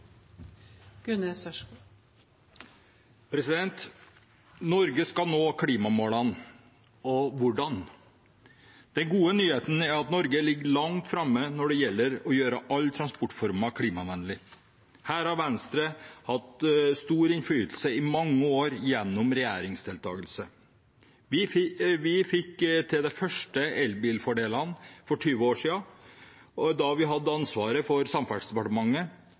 at Norge ligger langt framme når det gjelder å gjøre alle transportformer klimavennlige. Her har Venstre hatt stor innflytelse i mange år gjennom regjeringsdeltakelse. Vi fikk til de første elbilfordelene for 20 år siden, da vi hadde ansvaret for Samferdselsdepartementet,